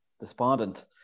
Despondent